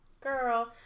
girl